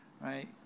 right